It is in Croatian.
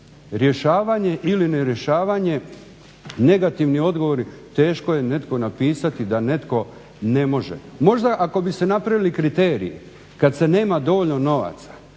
rješavanje ili nerješavanje, negativni odgovori teško je nekom napisati da netko ne može. Možda ako bi se napravili kriteriji kad se nema dovoljno novaca